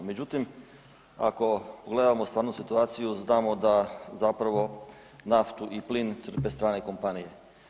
Međutim, ako gledamo stvarno situaciju znamo da zapravo naftu i plin crpe strane kompanije.